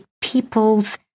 people's